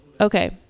Okay